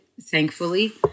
thankfully